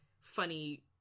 funny